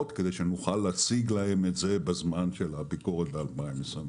כדי שנוכל להציג להם את זה בזמן של הביקורת ב-2023,